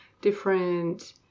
different